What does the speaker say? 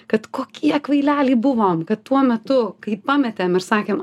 kad kokie kvaileliai buvom kad tuo metu kai pametėm ir sakėm